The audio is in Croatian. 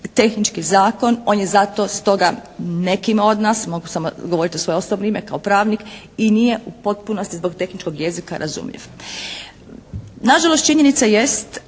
tehnički zakon. On je zato, stoga nekima od nas, mogu samo govoriti u svoje osobno ime kao pravnik i nije u potpunosti zbog tehničkog jezika razumljiv. Nažalost činjenica jest